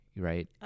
right